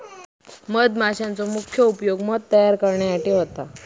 मधमाशांचो मुख्य उपयोग मध तयार करण्यासाठी होता